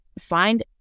find